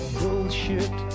bullshit